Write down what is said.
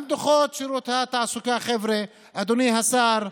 גם דוחות שירות התעסוקה, חבר'ה, אדוני השר,